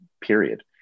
period